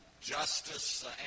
Justice